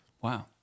Wow